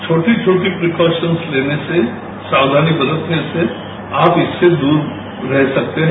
छोटी छोटी प्रीक्काशंस लेने से सावधानी बरतने से आप इससे दूर रह सकते हैं